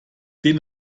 den